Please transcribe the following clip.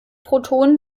protonen